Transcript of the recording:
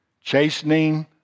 chastening